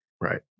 Right